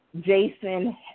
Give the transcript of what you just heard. Jason